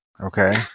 Okay